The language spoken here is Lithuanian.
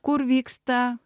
kur vyksta